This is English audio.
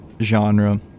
genre